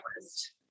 list